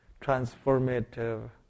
transformative